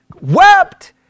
wept